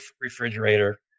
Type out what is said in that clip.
refrigerator